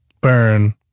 Burn